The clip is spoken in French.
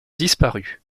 disparu